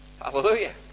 Hallelujah